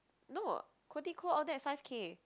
no all that five-K